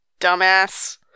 Dumbass